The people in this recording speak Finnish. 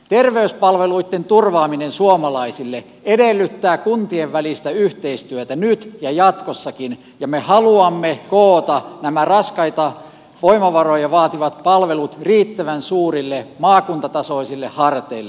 terveyspalveluitten turvaaminen suomalaisille edellyttää kuntien välistä yhteistyötä nyt ja jatkossakin ja me haluamme koota nämä raskaita voimavaroja vaativat palvelut riittävän suurille maakuntatasoisille harteille